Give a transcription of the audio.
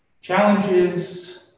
challenges